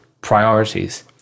priorities